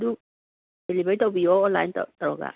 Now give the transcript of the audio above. ꯑꯗꯨ ꯗꯦꯂꯤꯕꯔꯤ ꯇꯧꯕꯤꯌꯣ ꯑꯣꯟꯂꯥꯏꯟꯗ ꯇꯧꯔꯒ